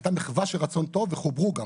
הייתה מחווה של רצון טוב וחוברו גם.